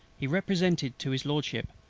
he represented to his lordship,